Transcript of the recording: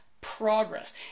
progress